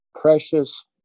precious